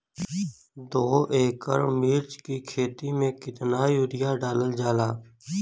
दो एकड़ मिर्च की खेती में कितना यूरिया डालल जाला?